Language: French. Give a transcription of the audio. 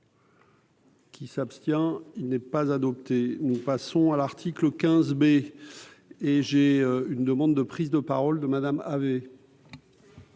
Qui s'abstient, il n'est pas adopté, nous passons à l'article 15 mai et j'ai une demande de prise de parole de Madame avait.